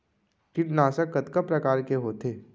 कीटनाशक कतका प्रकार के होथे?